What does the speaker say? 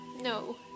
No